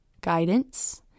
guidance